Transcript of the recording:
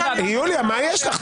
יוליה, מה יש לך?